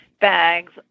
bags